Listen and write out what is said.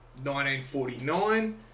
1949